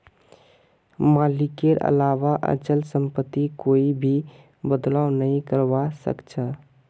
मालिकेर अलावा अचल सम्पत्तित कोई भी बदलाव नइ करवा सख छ